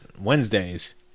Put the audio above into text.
Wednesdays